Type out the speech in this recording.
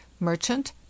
Merchant